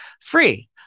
free